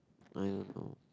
I don't know